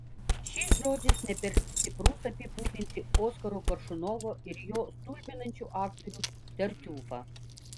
šis žodis ne per stiprus apibūdinti oskaro koršunovo ir jo stulbinančių aktorių tartiufą